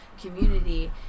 community